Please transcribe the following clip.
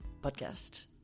podcast